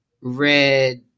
Red